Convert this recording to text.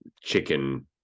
chicken